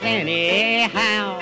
anyhow